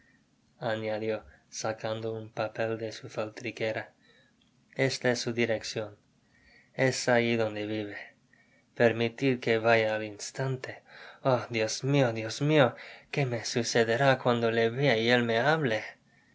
añadió sacando un papel de sü faltriqueraesta es su direccion es alli donde vive permitid que vaya al instante oh dios mio dios mio que me sucederá cuando le vea y él me hable